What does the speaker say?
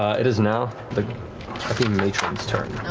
it is now the harpy matron's turn.